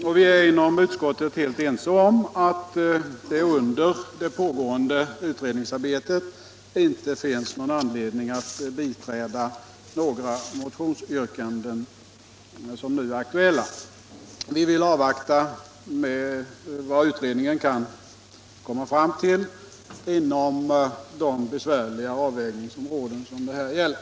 Och vi är inom utskottet helt eniga om att det under det pågående utredningsarbetet inte finns någon anledning att biträda något av de motionsyrkanden som nu är aktuella. Vi vill avvakta och se vad utredningen kan komma fram till inom de besvärliga avvägningsområden som det här gäller.